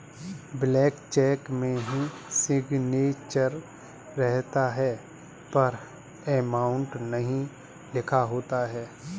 blank cheque में signature रहता है पर अमाउंट नहीं लिखा होता है